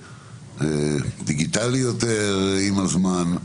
לדיגיטלי יותר עם הזמן,